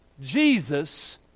Jesus